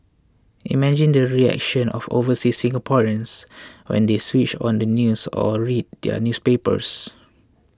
imagine the reactions of overseas Singaporeans when they switched on the news or read their newspapers